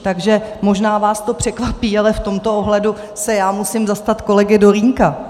Takže možná vás to překvapí, ale v tomto ohledu se musím zastat kolegy Dolínka.